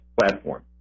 platform